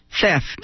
Theft